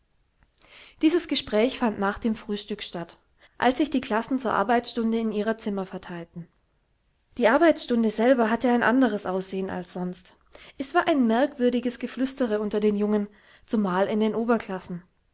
dieses gespräch fand nach dem frühstück statt als sich die klassen zur arbeitsstunde in ihre zimmer verteilten die arbeitsstunde selber hatte ein andres aussehen als sonst es war ein merkwürdiges geflüstere unter den jungen zumal in den oberklassen